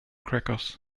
crackers